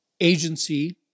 agency